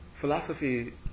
philosophy